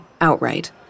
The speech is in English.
outright